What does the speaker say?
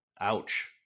Ouch